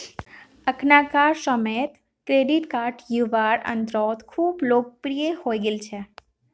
अखनाकार समयेत credit card युवार अंदरत खूब लोकप्रिये हई गेल छेक